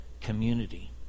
community